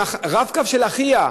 עם ה"רב-קו" של אחיה.